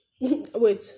Wait